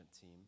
team